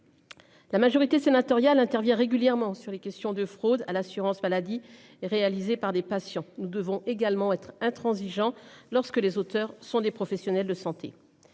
La majorité sénatoriale intervient régulièrement sur les questions de fraude à l'assurance maladie et réalisé par des patients, nous devons également être intransigeant lorsque les auteurs sont des professionnels de santé.